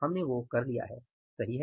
हमने वो कर लिया है सही है